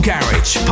Garage